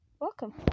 welcome